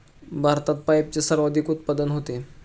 भारतात पपईचे सर्वाधिक उत्पादन होते